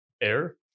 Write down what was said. air